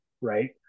right